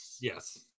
yes